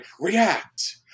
react